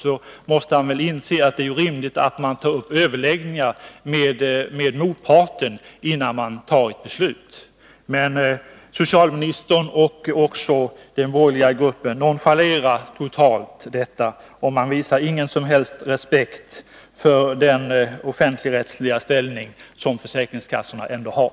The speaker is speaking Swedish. Han måste väl inse att det är rimligt att man tar upp överläggningar med motparten, innan man fattar ett beslut. Men socialministern och den borgerliga gruppen nonchalerar detta totalt och man visar ingen som helst respekt för den offentligrättsliga ställning som försäkringskassorna ändå har.